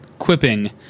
quipping